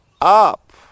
up